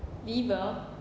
liver